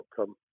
outcome